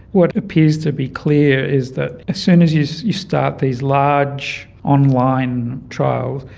what appears to be clear is that as soon as you you start these large online trials,